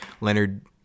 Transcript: Leonard